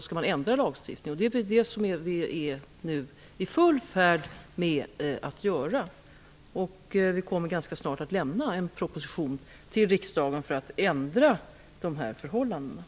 Det är det vi nu är i full färd med att göra, och vi kommer ganska snart att lämna en proposition till riksdagen om att ändra de här förhållandena.